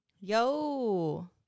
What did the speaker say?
Yo